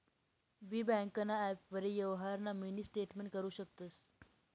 बी ब्यांकना ॲपवरी यवहारना मिनी स्टेटमेंट करु शकतंस